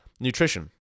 nutrition